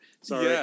sorry